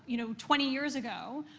you know, twenty years ago,